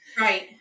Right